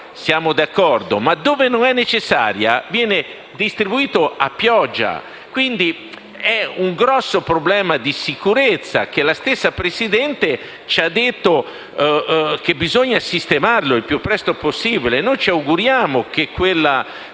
siamo d'accordo; ma dove non è necessaria, il farmaco viene distribuito a pioggia, creando un grande problema di sicurezza che la stessa Presidente ci ha detto che bisogna sistemare il più presto possibile. Noi ci auguriamo che il